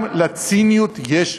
גם לציניות יש גבול.